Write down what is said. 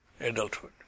adulthood